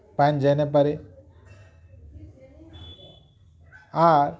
ପାଏନ୍ ଯାଇନପାରେ ଆର୍